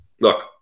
look